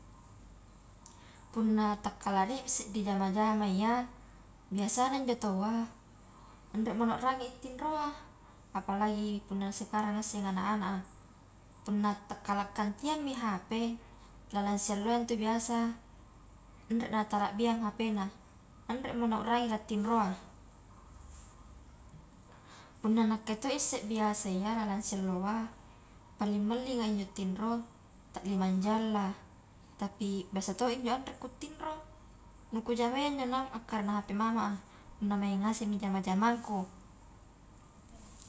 Punna takkala rie mi isse ri jama-jama iya, biasana injo taua anremo na urangi i tinroa, apalagi punna sekarang isseng anak-anak a punna takkala kantiangmi hp lalang si alloa intu biasa nre na tara biang hpna, anremo na u rangi katinroang, punna nakke to isse biasa iya lalang sialloa paling mallinga injo tinro ta lima jam lah tapi biasa to injo anre ku tinro, kujamaia injo naung akkarena hp mama a punna maing ngasemi jama-jamangku.